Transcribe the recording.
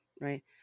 right